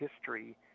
history